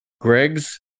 Greg's